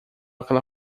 aquela